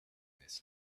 this